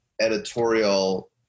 editorial